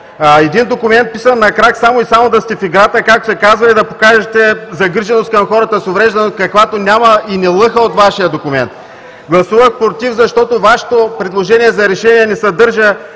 един документ, писан на крак, само и само „да сте в играта“ както се казва и да покажете загриженост към хората с увреждания, каквато няма и не лъха от Вашия документ. Гласувах против, защото Вашето предложение за Решение не съдържа